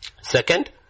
Second